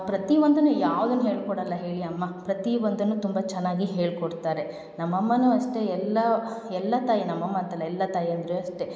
ಪ್ರತಿಯೊಂದನ್ನು ಯಾವ್ದನ್ನೂ ಹೇಳಿಕೊಡಲ್ಲ ಹೇಳಿ ಅಮ್ಮ ಪ್ರತಿಯೊಂದನ್ನು ತುಂಬ ಚೆನ್ನಾಗಿ ಹೇಳಿಕೊಡ್ತಾರೆ ನಮ್ಮ ಅಮ್ಮನೂ ಅಷ್ಟೇ ಎಲ್ಲ ಎಲ್ಲ ತಾಯಿ ನಮ್ಮ ಅಮ್ಮ ಅಂತಲ್ಲ ಎಲ್ಲ ತಾಯಂದ್ರೂ ಅಷ್ಟೇ